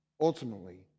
ultimately